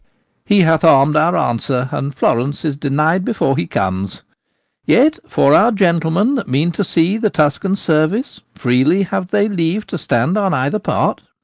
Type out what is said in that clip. he hath arm'd our answer, and florence is denied before he comes yet, for our gentlemen that mean to see the tuscan service, freely have they leave to stand on either part.